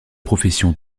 profession